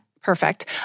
perfect